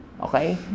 okay